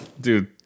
Dude